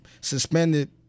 suspended